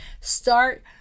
start